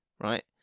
right